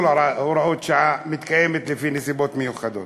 הוראות שעה מתקיימת לפי נסיבות מיוחדות,